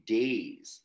days